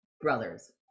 brothers